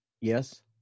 Yes